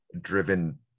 driven